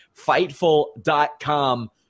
fightful.com